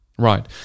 Right